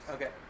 Okay